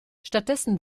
stattdessen